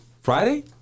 Friday